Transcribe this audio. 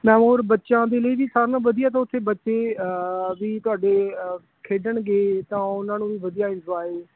ma'am ਹੋਰ ਬੱਚਿਆਂ ਦੇ ਲਈ ਵੀ ਸਾਰਿਆਂ ਨਾਲੋਂ ਤਾਂ ਵਧੀਆ ਉੱਥੇ ਬੱਚੇ ਵੀ ਤਹਾਡੇ ਖੇਡਣਗੇ ਤਾਂ ਉਨ੍ਹਾਂ ਨੂੰ ਵੀ ਵਧੀਆ ਇੰਜੋਆਏ